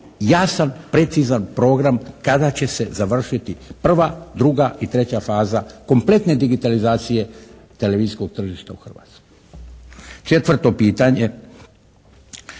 jasan, precizan program kada će se završiti prva, druga i treća faza kompletne digitalizacije televizijskog tržišta u Hrvatskoj? Četvrto pitanje,